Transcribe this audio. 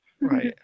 Right